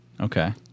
okay